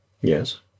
Yes